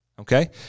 okay